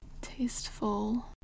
tasteful